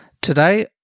Today